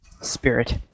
spirit